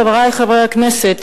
חברי חברי הכנסת,